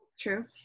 True